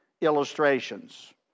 illustrations